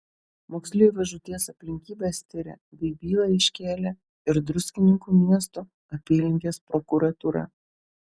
moksleivio žūties aplinkybes tiria bei bylą iškėlė ir druskininkų miesto apylinkės prokuratūra